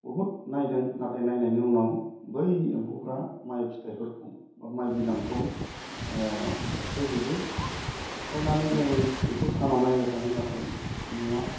बहुत नायदों नाथाय नायनायनि उनाव बै एम्फौफ्रा माइ फिथाइफोरखौ बा माइ बिदांखौ अरख्लायजोबो अरख्लायनानै जों बेखौ सानाव नायनो थाङो नाथाय नुवा